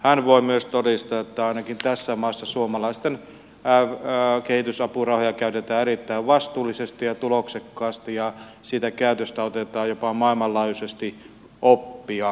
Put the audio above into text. hän voi myös todistaa että ainakin tässä maassa suomalaisten kehitysapurahoja käytetään erittäin vastuullisesti ja tuloksekkaasti ja siitä käytöstä otetaan jopa maailmanlaajuisesti oppia